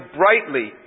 brightly